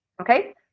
Okay